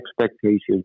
expectations